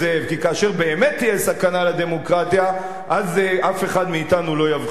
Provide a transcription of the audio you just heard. כי כאשר באמת תהיה סכנה לדמוקרטיה אז אף אחד מאתנו לא יבחין בה.